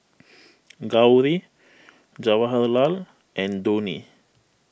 Gauri Jawaharlal and Dhoni